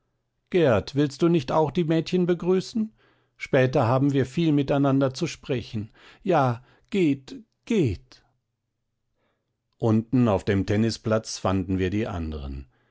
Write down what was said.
gerd willst du nicht auch die mädchen begrüßen später haben wir viel miteinander zu sprechen ja geht geht unten auf dem tennisplatz fanden wir die anderen